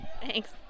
Thanks